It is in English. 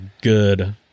good